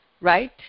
right